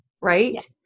right